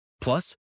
Plus